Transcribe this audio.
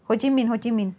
ho chi minh ho chi minh